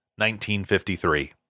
1953